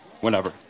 Whenever